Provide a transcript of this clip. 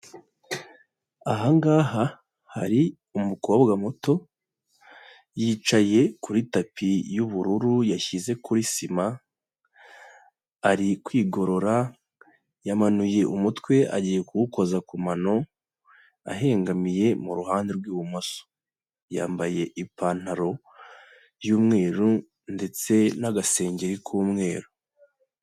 Aha ngaha hari umukobwa muto, yicaye kuri tapi y'ubururu yashyize kuri sima, ari kwigorora, yamanuye umutwe agiye kuwukoza ku mano ahengamiye mu ruhande rw'ibumoso. Yambaye ipantaro y'umweru ndetse n'agasengeri k'umweru.